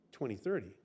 2030